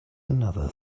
another